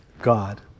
God